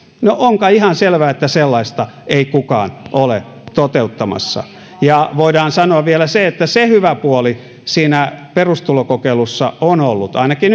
no on kai ihan selvää että sellaista ei kukaan ole toteuttamassa voidaan sanoa vielä se että se hyvä puoli siinä perustulokokeilussa on ollut ainakin